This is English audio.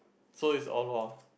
so it's Orh-Luak